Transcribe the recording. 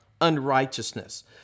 unrighteousness